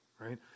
right